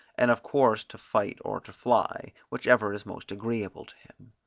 and of course to fight or to fly, whichever is most agreeable to him.